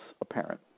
apparent